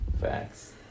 facts